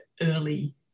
early